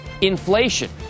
inflation